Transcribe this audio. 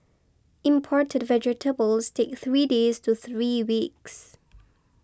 imported vegetables take three days to three weeks